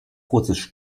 russisch